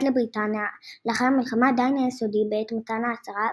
לבריטניה לאחר המלחמה עדיין היה סודי בעת מתן ההצהרה,